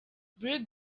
brig